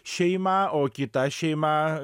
šeima o kita šeima